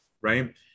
right